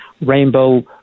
Rainbow